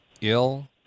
ill